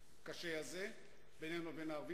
הקשה הזה בינינו לבין הערבים.